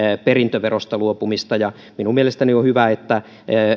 perintöverosta luopumista minun mielestäni on hyvä että